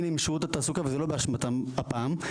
הנה שירות התעסוקה וזה לא באשמתם הפעם,